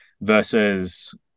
versus